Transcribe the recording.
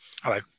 Hello